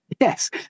Yes